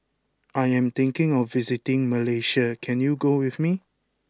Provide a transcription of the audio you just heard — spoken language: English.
I am thinking of visiting Malaysia can you go with me